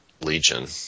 Legion